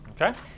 Okay